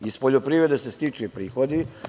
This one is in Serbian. Iz poljoprivede se stiču i prihodi.